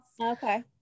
Okay